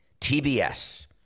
TBS